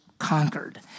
conquered